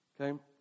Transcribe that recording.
Okay